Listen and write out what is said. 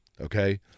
Okay